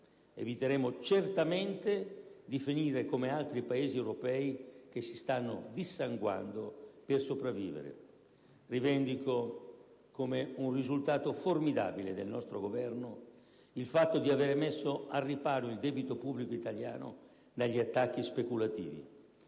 eviteremo certamente di finire come altri Paesi europei che si stanno dissanguando per sopravvivere. Rivendico come un risultato formidabile del nostro Governo il fatto di avere messo al riparo il debito pubblico italiano dagli attacchi speculativi.